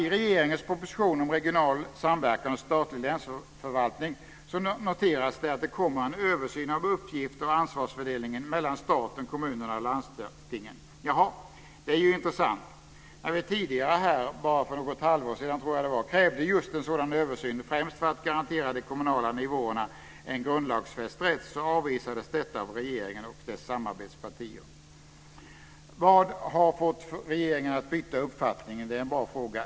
I regeringens proposition Regional samverkan och statlig länsförvaltning noteras att det kommer en översyn av uppgifts och ansvarsfördelning mellan staten, kommunerna och landstingen. Jaha, det är intressant. När vi tidigare, för bara något halvår sedan tror jag det var, krävde just en sådan översyn, främst för att garantera de kommunala nivåerna en grundlagsfäst rätt, avvisades detta av regeringen och dess samarbetspartier. Vad har fått regeringen att byta uppfattning? Det är en bra fråga.